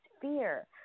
fear